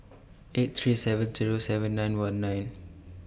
eight three seven Zero seven nine one nine